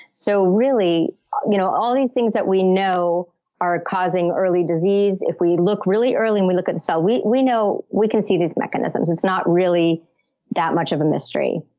so really, you know all these things that we know are causing early disease, if we look really early and we look at the cell, we we know we can see these mechanisms. it's not really that much of a mystery.